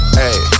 hey